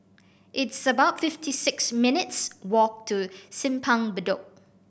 it's about fifty six minutes' walk to Simpang Bedok